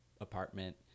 apartment